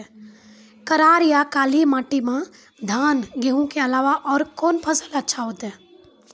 करार या काली माटी म धान, गेहूँ के अलावा औरो कोन फसल अचछा होतै?